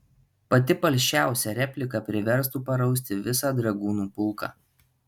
pati palšiausia replika priverstų parausti visą dragūnų pulką